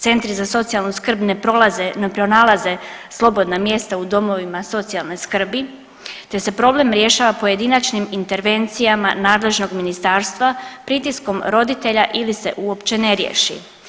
Centri za socijalnu skrb ne prolaze, ne pronalaze slobodna mjesta u domovima socijalne skrbi te se problem rješava pojedinačnim intervencijama nadležnog ministarstva pritiskom roditelja ili se uopće ne riješi.